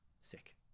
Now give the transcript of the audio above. sick